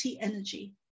energy